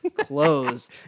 clothes